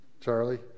Charlie